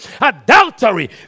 adultery